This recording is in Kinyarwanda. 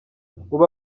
ubu